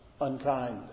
unkind